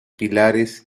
pilares